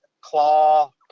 claw